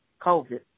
COVID